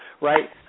right